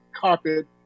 carpet